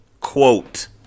Quote